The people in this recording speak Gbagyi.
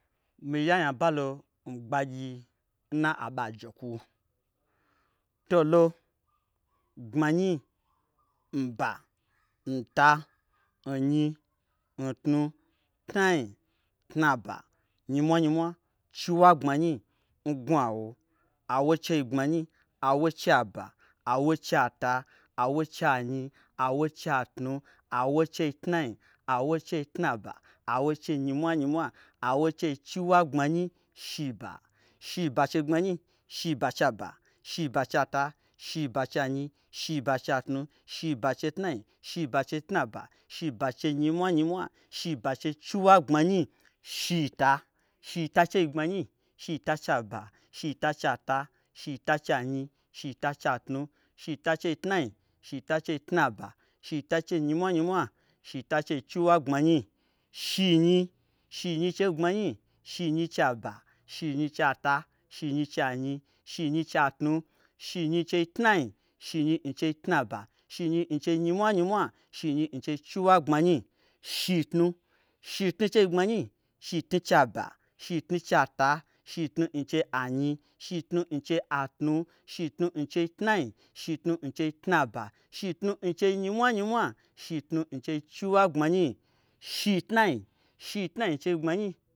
Miya nya balo ngbagyii nna aboajekwu tolo gbmanyi, nba. nta. nnyi. ntnu. tnai. tnaba. nyimwanymwa. chiwagbmanyi. ngnwu'a wo. awo chei gbmanyi. awo chei aba. awo chei ata. awo chei anyi. awo chei atnu. awo chei tnai. awo chei tnaba. awo chei nyimwanyimwa. awo chei chiwagbmnyi. shiba. Shiba chei gbmanyi. Shiba chei aba. Shiba chei ata. Shiba chei anyi. Shiba chei atnu. Shiba chei tnai. Shiba chei tnaba. Shiba chei nyimwanyimwa. Shiba chei chiwagbmanyi. shi shita. Shita chei gbmanyi. Shita chei aba. Shita chei ata. Shita chei anyi. Shita chei atnu. Shita chei tnaba. Shita chei nyimwanyimwa. Shita chei chiwagbmanyi. shi nyi. shinyi chei gbmanyi. shinyi ch ei aba. shinyi chei ata. shinyi chei anyi. shinyi chei atnu. shinyi chei tnai. shinyi n chei tnaba. shinyi n chei nyimwanyimwa. shinyi n chei chiwagbmanyi. shi tnu. Shitnu chei gbmanyi. shitnu chei aba. Shi tnu chei ata. Shitnu n chei anyi. Shitnu n chei atnu. Shitnu n chei tnai. Shitnu n chei tnaba. Shitnu n chei nyimwanyimwa. Shitnu n chei chiwagbmanyi. shi tnai. shi tnai chei gbmanyi.